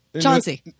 Chauncey